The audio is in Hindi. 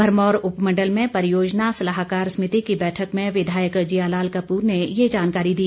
भरमौर उपमंडल में परियोजना सलाहकार समिति की बैठक में विधायक जियालाल कपूर ने ये जानकारी दी